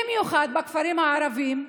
במיוחד בכפרים הערביים,